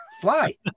fly